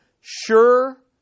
sure